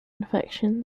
infection